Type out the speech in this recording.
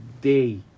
day